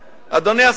אדוני השר?